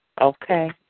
Okay